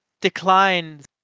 declines